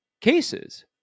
cases